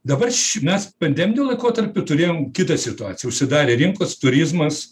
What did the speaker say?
dabar š mes pandeminiu laikotarpiu turėjom kitą situaciją užsidarė rinkos turizmas